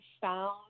found